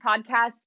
podcasts